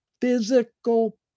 physical